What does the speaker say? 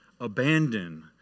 abandon